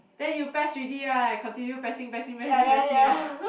then you press already right continue pressing pressing pressing pressing right